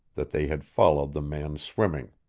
that they had followed the man swimming.